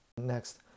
next